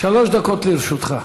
שלוש דקות לרשותך.